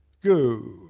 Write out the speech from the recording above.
go.